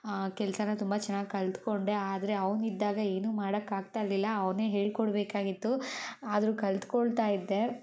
ಕೆಲಸಾನ ತುಂಬ ಚೆನ್ನಾಗಿ ಕಲ್ತ್ಕೊಂಡೆ ಆದರೆ ಅವನು ಇದ್ದಾಗ ಏನೂ ಮಾಡಕ್ಕಾಗ್ತಾಯಿರ್ಲಿಲ್ಲ ಅವನೇ ಹೇಳ್ಕೊಡ್ಬೇಕಾಗಿತ್ತು ಆದರೂ ಕಲ್ತ್ಕೊಳ್ತಾ ಇದ್ದೆ